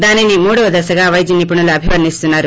దానిని మూడవ దశగా పైద్య నిపుణులు అభివర్ణిస్తున్నారు